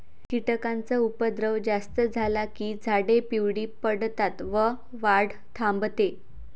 कीटकांचा उपद्रव जास्त झाला की झाडे पिवळी पडतात व वाढ थांबते